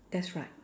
that's right